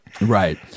Right